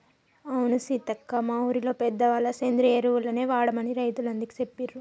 అవును సీతక్క మా ఊరిలో పెద్దవాళ్ళ సేంద్రియ ఎరువులనే వాడమని రైతులందికీ సెప్పిండ్రు